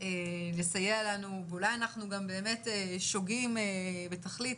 לסייע לנו, ואולי אנחנו באמת שוגים בתכלית,